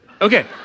Okay